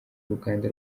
uruganda